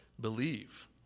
believe